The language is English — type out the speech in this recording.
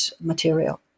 material